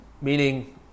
meaning